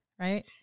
right